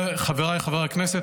חבריי חברי הכנסת,